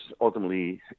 ultimately